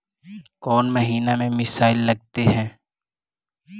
कौन महीना में मिसाइल लगते हैं?